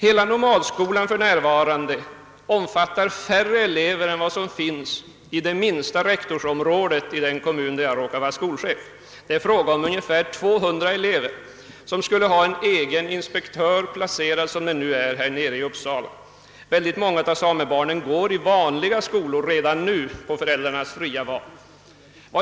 Nomadskolan omfattar för närvarande färre elever än vad som finns i det minsta rektorsområdet inom den kommun där jag råkar vara skolchef. Det är fråga om ungefär 200 elever, som alltså skulle ha en egen inspektör — den nuvarande inspektören är ju placerad i Uppsala. Många av samebarnen går i vanliga skolor, enligt föräldrarnas fria val.